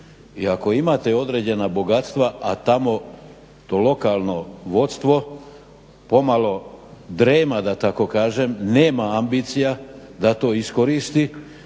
i ako imate određena bogatstva, a tamo to lokalno vodstvo pomalo drijema, da tako kažem, nema ambicija da to iskoristi